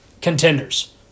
Contenders